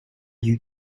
you